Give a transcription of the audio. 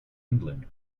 england